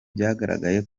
byagaragaye